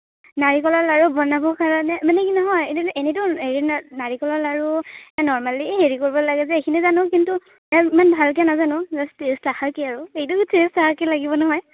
নাৰিকলৰ লাৰু বনাবৰ কাৰণে মানে কি নহয় এনে এনেইতো নাৰিকলৰ লাৰু নৰ্মেলি হেৰি কৰিব লাগে যে সেইখিনি জানোঁ কিন্তু ইমান ভালকৈ নাজানোঁ লাগিব নহয়